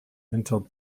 until